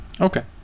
Okay